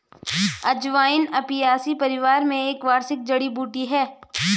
अजवाइन अपियासी परिवार में एक वार्षिक जड़ी बूटी है